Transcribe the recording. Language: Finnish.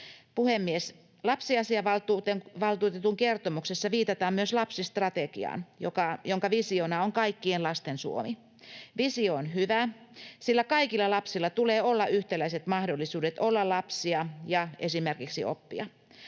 Puhemies! Lapsiasiavaltuutetun kertomuksessa viitataan myös lapsistrategiaan, jonka visiona on ”Kaikkien lasten Suomi”. Visio on hyvä, sillä kaikilla lapsilla tulee olla yhtäläiset mahdollisuudet olla lapsi ja esimerkiksi oppia.